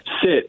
sit